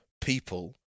people